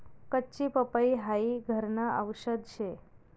कच्ची पपई हाई घरन आवषद शे